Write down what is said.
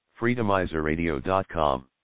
FreedomizerRadio.com